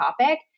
topic